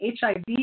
HIV